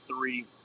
three